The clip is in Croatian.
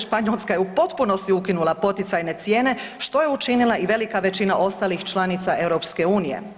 Španjolska je u potpunosti ukinula poticajne cijene što je učinila i velika većina ostalih članica EU.